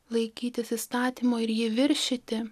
laikytis įstatymo ir jį viršyti